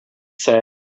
said